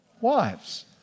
wives